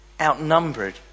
outnumbered